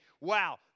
wow